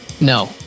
No